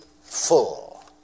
full